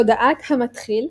"תודעת המתחיל",